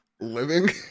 living